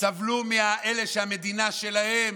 סבלו מאלה שהמדינה שלהם.